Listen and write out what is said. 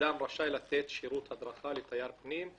"אדם רשאי לתת שירות הדרכה לתייר פנים,